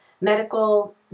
medical